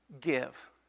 give